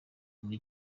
muri